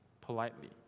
politely